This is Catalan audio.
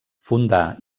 fundà